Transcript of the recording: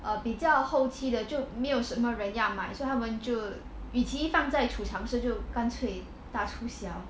eh 比较后期的就没有什么人家买所以他们就与其放在储藏室就干脆大出血 ah 原来